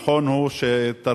נכון הוא שתרבות